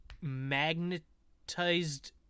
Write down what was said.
magnetized